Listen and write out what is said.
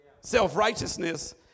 self-righteousness